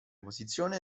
posizione